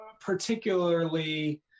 Particularly